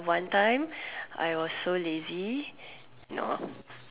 one time I was so lazy